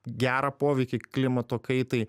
gerą poveikį klimato kaitai